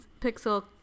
Pixel